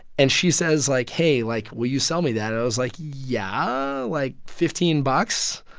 and she says, like, hey, like, will you sell me that? i was like, yeah. like, fifteen bucks?